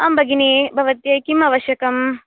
आम् भगिनी भवत्यै किम् आवश्यकम्